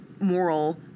moral